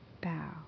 bow